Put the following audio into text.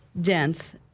dense